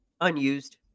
unused